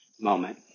moment